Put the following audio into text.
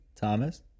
thomas